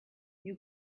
you